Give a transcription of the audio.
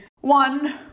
one